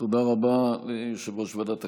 תודה רבה ליושב-ראש ועדת הכנסת.